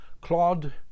Claude